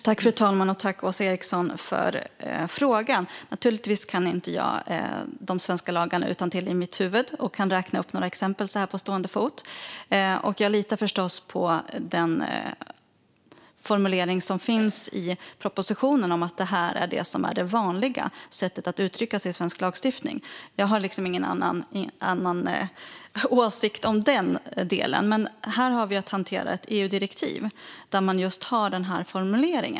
Fru talman! Jag tackar Åsa Eriksson för frågan. Naturligtvis kan jag inte de svenska lagarna utantill och kan därför inte räkna upp några exempel så här på stående fot. Jag litar förstås på den formulering som finns i propositionen om att detta är det vanliga sättet att uttrycka sig i svensk lagstiftning. Jag har ingen annan åsikt om den delen. Men här har vi att hantera ett EU-direktiv där man har just denna formulering.